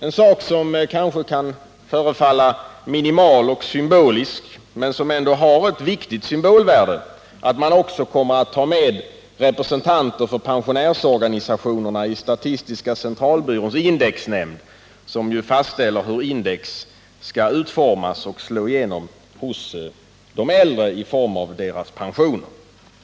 En sak, som kanske kan förefalla minimal och symbolisk men vars symbolvärde är viktigt, är att man också tar med representanter för pensionärsorganisationer i statistiska centralbyråns indexnämnd, som ju fastställer hur index skall utformas och slå igenom för de äldre på deras pensioner.